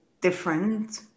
different